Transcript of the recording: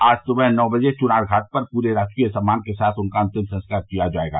आज सुबह नौ बजे चुनार घाट पर पूरे राजकीय सम्मान के साथ उनका अंतिम संस्कार किया जाएगा